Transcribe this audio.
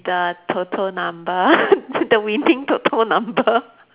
the TOTO number the winning TOTO number